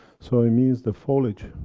so it means the foliage,